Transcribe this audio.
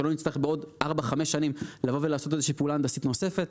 שלא נצטרך בעוד ארבע-חמש שנים לעשות איזושהי פעולה הנדסית נוספת.